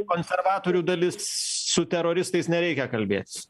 konservatorių dalis su teroristais nereikia kalbėtis